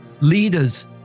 leaders